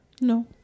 No